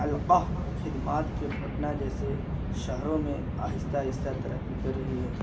القاہ خدمات کے پٹن جیسے شہروں میں آہستہ آہستہ ترقی کر رہی ہے